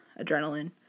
adrenaline